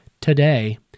Today